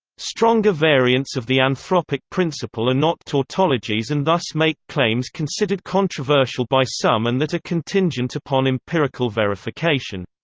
stronger variants of the anthropic principle are not tautologies and thus make claims considered controversial by some and that are ah contingent upon empirical verification.